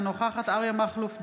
אינה נוכחת אריה מכלוף דרעי,